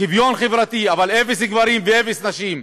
שוויון חברתי, אבל אפס גברים ואפס נשים.